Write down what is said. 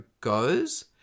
goes